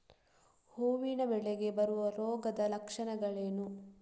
ಹೂವಿನ ಬೆಳೆಗೆ ಬರುವ ರೋಗದ ಲಕ್ಷಣಗಳೇನು?